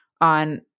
on